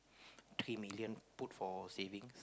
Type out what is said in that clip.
three million put for savings